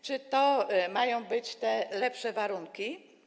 Czy to mają być te lepsze warunki?